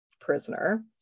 prisoner